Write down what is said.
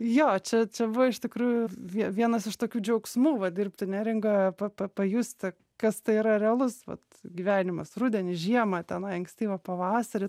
jo čia čia buvo iš tikrųjų vie vienas iš tokių džiaugsmų va dirbti neringoje pa pa pajusti kas tai yra realus vat gyvenimas rudenį žiemą tenai ankstyvą pavasarį